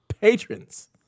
patrons